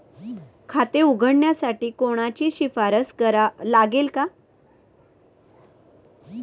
खाते उघडण्यासाठी कोणाची शिफारस लागेल का?